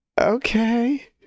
okay